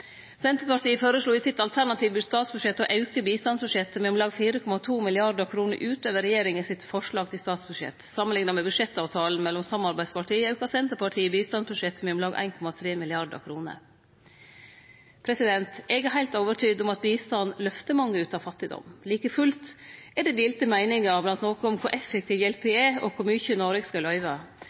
Senterpartiet føreslo i sitt alternative statsbudsjett å auke bistandsbudsjettet med om lag 4,2 mrd. kr utover regjeringa sitt forslag til statsbudsjett. Samanlikna med budsjettavtalen mellom samarbeidspartia aukar Senterpartiet bistandsbudsjettet med om lag 1,3 mrd. kr. Eg er heilt overtydd om at bistand løfter mange ut av fattigdom. Like fullt er det delte meiningar blant nokon om kor effektiv hjelpa er, og kor mykje Noreg skal